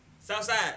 Southside